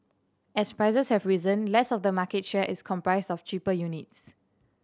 as prices have risen less of the market share is comprised of cheaper units